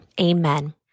Amen